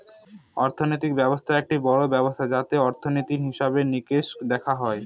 অর্থনীতি ব্যবস্থা একটি বড়ো ব্যবস্থা যাতে অর্থনীতির, হিসেবে নিকেশ দেখা হয়